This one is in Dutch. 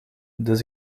dus